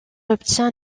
obtient